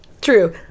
True